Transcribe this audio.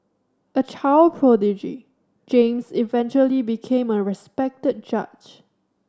a child prodigy James eventually became a respected judge